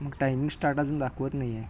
मग timing start अजून दाखवत नाही आहे